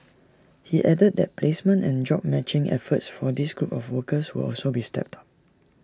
he added that placement and job matching efforts for this group of workers will also be stepped up